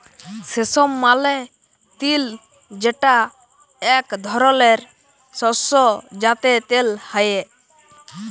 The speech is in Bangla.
সেসম মালে তিল যেটা এক ধরলের শস্য যাতে তেল হ্যয়ে